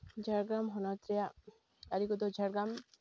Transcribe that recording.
ᱡᱷᱟᱲᱜᱨᱟᱢ ᱦᱚᱱᱚᱛ ᱨᱮᱭᱟᱜ ᱟᱹᱨᱤ ᱠᱚᱫᱚ ᱡᱷᱟᱲᱜᱨᱟᱢ